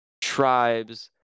tribes